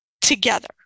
together